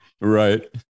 Right